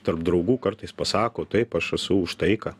tarp draugų kartais pasako taip aš esu už taiką